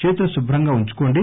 చేతులు శుభంగా ఉంచుకోండి